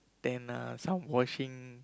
then uh some washing